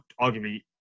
arguably